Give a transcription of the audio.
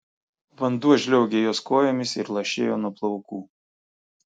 vanduo žliaugė jos kojomis ir lašėjo nuo plaukų